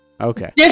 okay